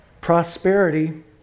prosperity